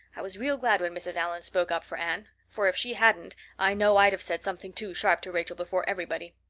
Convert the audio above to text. i was real glad when mrs. allan spoke up for anne, for if she hadn't i know i'd have said something too sharp to rachel before everybody.